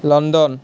London